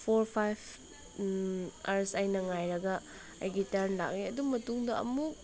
four five hours ꯑꯩꯅ ꯉꯥꯏꯔꯒ ꯑꯩꯒꯤ ꯇꯔꯟ ꯂꯥꯛꯑꯦ ꯑꯗꯨ ꯃꯇꯨꯡꯗ ꯑꯃꯨꯛ